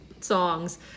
songs